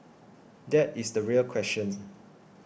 that is the real questions